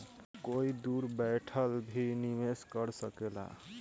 कोई दूर बैठल भी निवेश कर सकेला